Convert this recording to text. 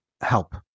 help